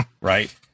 right